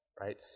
right